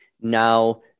now